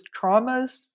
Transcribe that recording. traumas